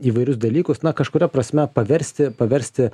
įvairius dalykus na kažkuria prasme paversti paversti